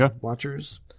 watchers